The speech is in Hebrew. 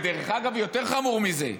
ודרך אגב, יותר חמור מזה,